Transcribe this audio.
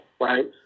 right